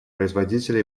производителя